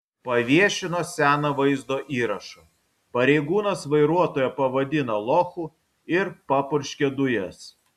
paviešino seną vaizdo įrašą pareigūnas vairuotoją pavadina lochu ir papurškia dujas